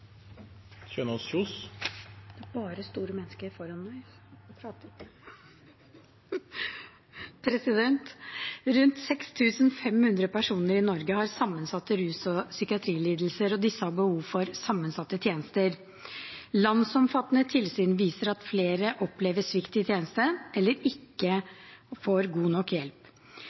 Rundt 6 500 personer i Norge har sammensatte rus- og psykiatrilidelser, og disse har behov for sammensatte tjenester. Landsomfattende tilsyn viser at flere opplever svikt i tjenestene eller får ikke god nok hjelp.